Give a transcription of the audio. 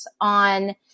on